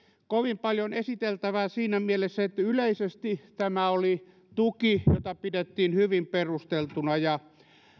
kovin paljon esiteltävää siinä mielessä että yleisesti tämä oli tuki jota pidettiin hyvin perusteltuna ja